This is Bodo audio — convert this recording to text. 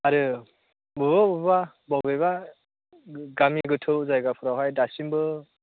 आरो बबेबा बबेबा बबेबा गामि गोथौ जायगाफोरावहाय दासिमबो